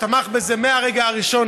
שתמך בזה מהרגע הראשון,